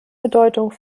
bedeutung